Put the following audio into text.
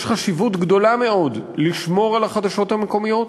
יש חשיבות גדולה מאוד לשמור על החדשות המקומיות,